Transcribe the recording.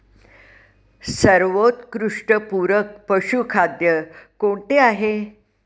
सर्वोत्कृष्ट पूरक पशुखाद्य कोणते आहे?